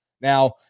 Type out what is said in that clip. now